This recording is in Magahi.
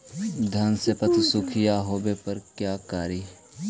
धान मे पत्सुखीया होबे पर का करि?